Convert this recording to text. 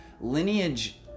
lineage